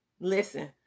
Listen